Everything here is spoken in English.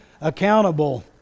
accountable